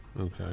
okay